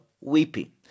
weeping